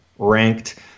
ranked